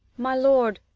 my lord,